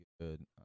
good